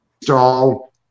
install